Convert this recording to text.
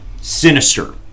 Sinister